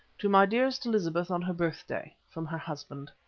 to my dearest elizabeth on her birthday from her husband.